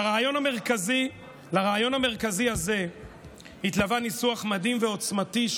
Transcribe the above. לרעיון המרכזי הזה התלווה ניסוח מדהים ועוצמתי,